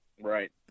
right